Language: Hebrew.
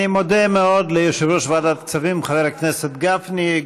אני מודה מאוד ליושב-ראש ועדת הכספים חבר הכנסת גפני,